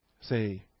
Say